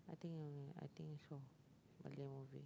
I think yeah I think it's a Malay movie